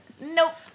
Nope